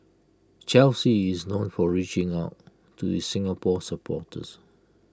Chelsea is known for reaching out to its Singapore supporters